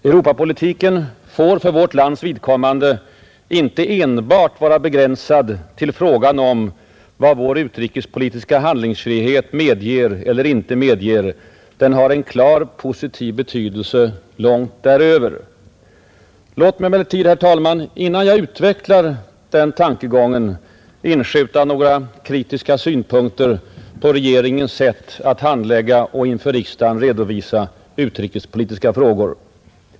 Europapolitiken får för vårt lands vidkommande inte enbart vara begränsad till frågan om vad vår utrikespolitiska handlingsfrihet medger eller inte medger — den har en klart positiv betydelse långt därutöver. Låt mig emellertid, herr talman, innan jag utvecklar den tankegången, inskjuta några kritiska synpunkter på regeringens sätt att handlägga och inför riksdagen redovisa utrikespolitiska frågor.